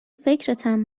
فکرتم